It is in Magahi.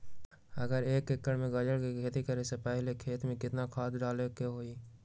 अगर एक एकर में गाजर के खेती करे से पहले खेत में केतना खाद्य डाले के होई?